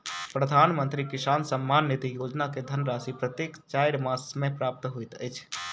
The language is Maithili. प्रधानमंत्री किसान सम्मान निधि योजना के धनराशि प्रत्येक चाइर मास मे प्राप्त होइत अछि